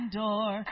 door